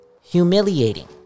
humiliating